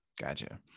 Gotcha